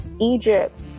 Egypt